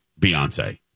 Beyonce